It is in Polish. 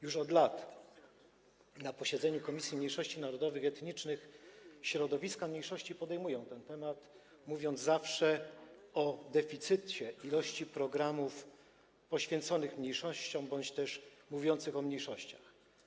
Już od lat na posiedzeniach Komisji Mniejszości Narodowych i Etnicznych środowiska mniejszości podejmują ten temat, mówiąc zawsze o deficycie ilości programów poświęconych mniejszościom bądź też mówiących o mniejszościach.